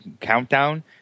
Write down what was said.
countdown